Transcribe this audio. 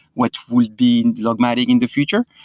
which will be logmatic in the future.